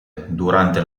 durante